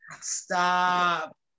Stop